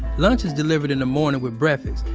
lunch is delivered in the morning with breakfast,